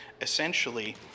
Essentially